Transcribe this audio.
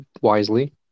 wisely